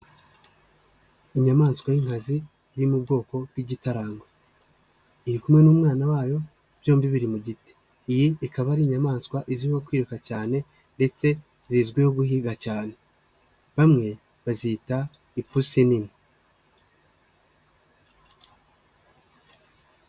Inyamaswa y'inkazi iri mu bwoko bw'igitarangwe. Iri kumwe n'umwana wayo byombi biri mu giti. Iyi ikaba ari inyamaswa izwiho kwiruka cyane, ndetse zizwiho guhiga cyane, bamwe bazita ipusi nini.